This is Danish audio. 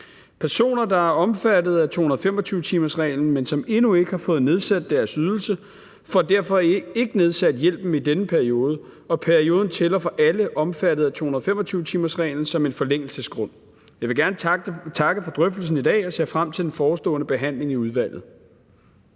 Personer, der er omfattet af 225-timersreglen, men som endnu ikke har fået nedsat deres ydelse, får derfor ikke nedsat hjælpen i denne periode, og perioden tæller for alle omfattet af 225-timersreglen som en forlængelsesgrund. Jeg vil gerne takke for drøftelsen i dag og ser frem til den forestående behandling i udvalget.